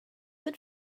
but